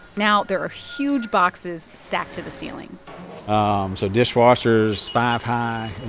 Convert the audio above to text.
now there are huge boxes stacked to the ceiling so dishwashers five high,